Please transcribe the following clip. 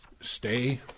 stay